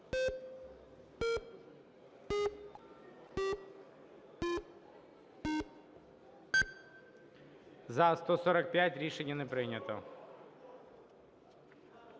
За-146 Рішення не прийнято.